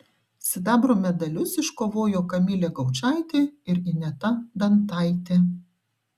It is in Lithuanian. sidabro medalius iškovojo kamilė gaučaitė ir ineta dantaitė